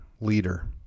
leader